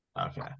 Okay